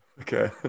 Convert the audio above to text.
Okay